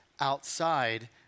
outside